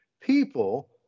people